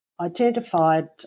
identified